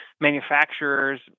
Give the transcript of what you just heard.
manufacturers